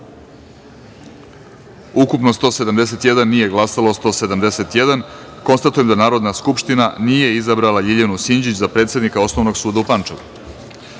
171, nije glasalo 171.Konstatujem da Narodna skupština nije izabrala Ljiljanu Sinđić, za predsednika Osnovnog suda u